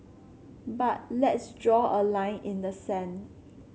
but let's draw a line in the sand